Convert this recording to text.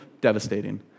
devastating